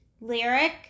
Lyric